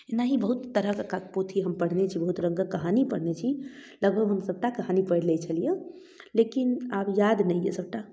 एनाही बहुत तरहके पोथी हम पढ़ने छी बहुत रङ्गके कहानी पढ़ने छी लगभग हम सबटा कहानी पढ़ि लै छलियै लेकिन आब याद नहि अइ सबटा